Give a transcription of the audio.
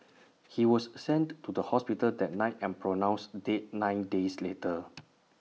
he was sent to the hospital that night and pronounced dead nine days later